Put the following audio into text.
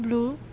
blue